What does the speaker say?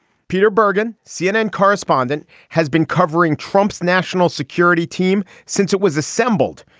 peter bergen, cnn correspondent, has been covering trump's national security team since it was assembled.